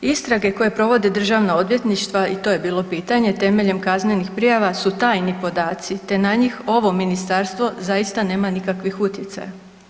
Istrage koje provode državna odvjetništva i to je bilo pitanje temeljem kaznenih prijava su tajni podaci te na njih ovo ministarstvo zaista nema nikakvih utjecaja.